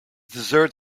dessert